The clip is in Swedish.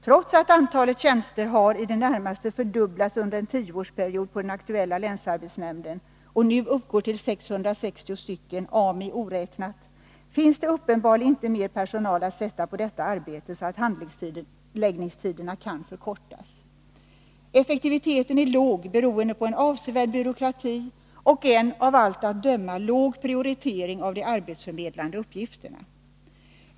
Trots att antalet tjänster har i det närmaste fördubblats under en tioårsperiod på den aktuella länsarbetsnämnden och nu uppgår till 660, Ami oräknat, finns det uppenbarligen inte mer personal att sätta på detta arbete så att handläggningstiderna kan förkortas. Effektiviteten är låg, beroende på en avsevärd byråkrati och en av allt att döma låg prioritering av de arbetsförmedlande uppgifterna.